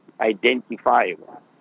identifiable